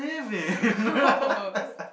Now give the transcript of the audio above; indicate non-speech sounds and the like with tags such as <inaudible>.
gross <laughs>